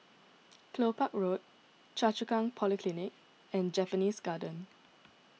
Kelopak Road Choa Chu Kang Polyclinic and Japanese Garden